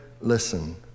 listen